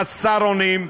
חסר אונים.